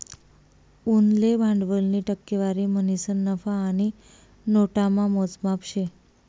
उनले भांडवलनी टक्केवारी म्हणीसन नफा आणि नोटामा मोजमाप शे